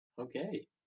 okay